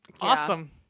Awesome